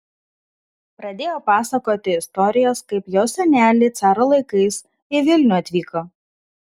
pradėjo pasakoti istorijas kaip jos seneliai caro laikais į vilnių atvyko